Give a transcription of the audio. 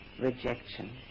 rejection